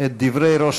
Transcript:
כתב את הדברים האלה